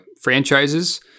franchises